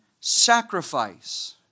sacrifice